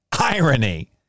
irony